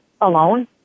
alone